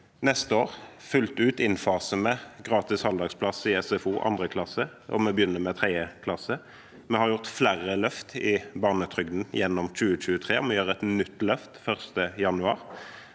Neste år innfaser vi fullt ut gratis halvdagsplass i SFO for 2. klasse, og vi begynner med 3. klasse. Vi har gjort flere løft i barnetrygden gjennom 2023, og vi gjør et nytt løft 1. januar.